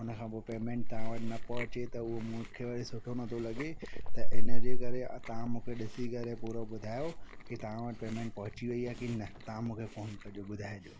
उनखां पोइ पेमेंट तव्हां वटि न पहुचे त उहो मूंखे वरी सुठो न थो लॻे त इन जे करे तव्हां मूंखे ॾिसी करे पूरो ॿुधायो कि तव्हां वटि पेमेंट पहुची वई आहे कि न तव्हां मूंखे फ़ोन कजो ॿुधाइजो